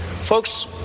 Folks